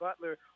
Butler